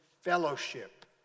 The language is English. fellowship